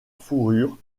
fourrure